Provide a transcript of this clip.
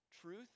truth